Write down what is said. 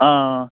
ꯑꯥ